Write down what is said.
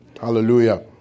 Hallelujah